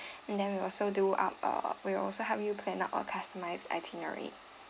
and then we also do up uh we'll also help you plan out a customized itinerary